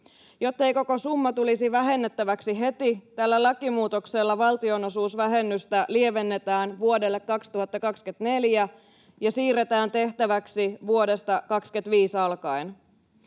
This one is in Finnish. Jottei koko summa tulisi vähennettäväksi heti, tällä lakimuutoksella valtionosuusvähennystä lievennetään vuodelle 2024 ja siirretään tehtäväksi vuodesta 25 alkaen.